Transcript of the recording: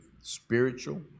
spiritual